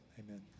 Amen